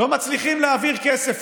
לא מצליחים להעביר כסף.